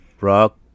Rock